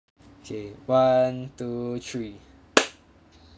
okay one two three